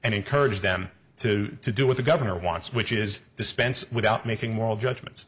and encourage them to do with the governor wants which is dispense without making moral judgments